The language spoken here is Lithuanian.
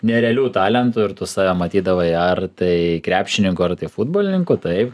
nerealių talentų ir tu save matydavai ar tai krepšininku ar futbolininku taip